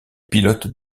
pilote